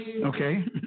Okay